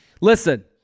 listen